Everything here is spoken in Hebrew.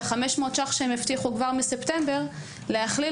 אבל 500 השקלים שהבטיחו כבר מספטמבר צריך להכליל